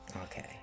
Okay